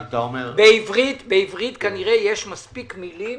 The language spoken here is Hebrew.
בעברית כנראה יש מספיק מילים